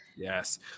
Yes